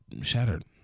shattered